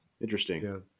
Interesting